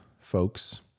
folks